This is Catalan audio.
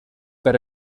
per